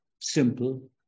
simple